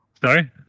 sorry